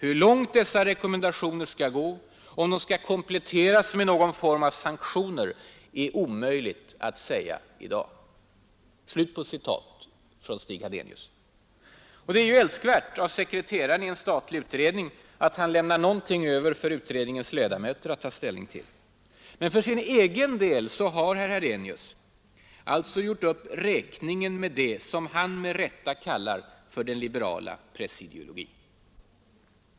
——— Hur långt dessa rekommendationer skall gå och om de skall kompletteras med någon form av sanktioner är omöjligt att säga i dag.” Det är ju älskvärt av sekreteraren i en statlig utredning att han lämnar någonting över för utredningens ledamöter att ta ställning till. Men för sin egen del har herr Hadenius alltså gjort upp räkningen med det som han med rätta kallar ”den liberala pressideologin”.